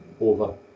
over